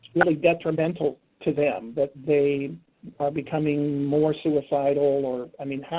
really detrimental to them, that they are becoming more suicidal or i mean,